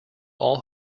all